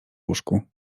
łóżku